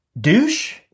Douche